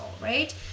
right